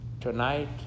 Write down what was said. Tonight